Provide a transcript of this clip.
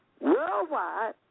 Worldwide